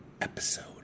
episode